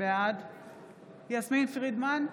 בעד יסמין פרידמן,